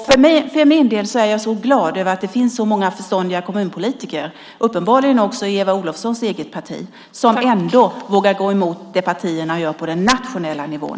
För min del är jag så glad över att det finns så många förståndiga kommunpolitiker, uppenbarligen också i Eva Olofssons eget parti, som ändå vågar gå emot det partierna gör på den nationella nivån.